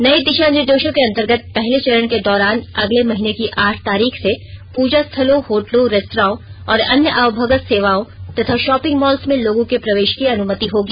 नए दिशा निर्देशों के अंतर्गत पहले चरण के दौरान अगले महीने की आठ तारीख से पूजा स्थलों होटलों रेस्त्राओं और अन्य आवभगत सेवाओं तथा शॉपिंग मॉल्स में लोगो के प्रवेश की अनुमति होगी